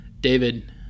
David